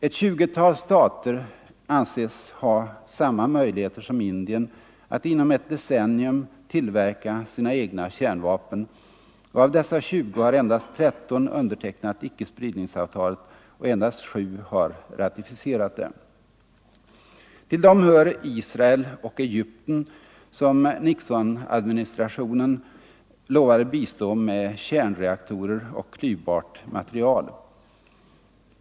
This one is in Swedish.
Ett tjugotal stater anses ha samma möjligheter som Indien att inom ett decennium tillverka sina egna kärnvapen, och av dessa tjugo har endast tretton undertecknat icke-spridningsavtalet och endast sju har ratificerat det. 95 Till dem hör Israel och Egypten som Nixonadministrationen lovade bistå med kärnreaktorer och klyvbart material.